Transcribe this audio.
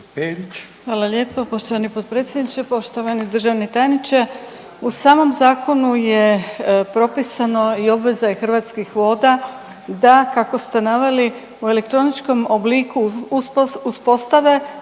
Hvala lijepo poštovani potpredsjedniče, poštovani državni tajniče. U samom zakonu je propisano i obveza je Hrvatskih voda da, kako ste naveli, u elektroničkom obliku uspostave